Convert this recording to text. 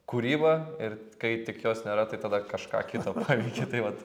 kūryba ir kai tik jos nėra tai tada kažką kita paveiki tai vat